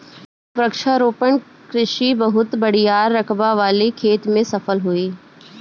वृक्षारोपण कृषि बहुत बड़ियार रकबा वाले खेत में सफल होई